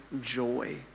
joy